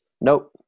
Nope